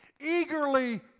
Eagerly